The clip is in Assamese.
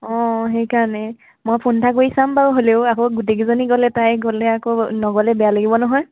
অঁ সেইকাৰণে মই ফোন এটা কৰি চাম বাৰু হ'লেও আকৌ গোটেইকিজনী গ'লে তাই আকৌ নগ'লে বেয়া লাগিব নহয়